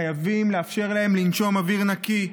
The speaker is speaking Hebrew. חייבים לאפשר להם לנשום אוויר נקי,